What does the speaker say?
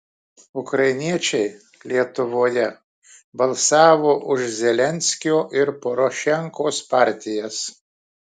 ukrainiečiai lietuvoje balsavo už zelenskio ir porošenkos partijas